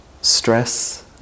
stress